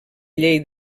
llei